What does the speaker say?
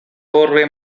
torre